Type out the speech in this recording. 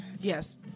Yes